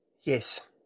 Yes